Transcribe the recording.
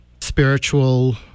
spiritual